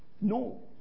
No